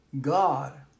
God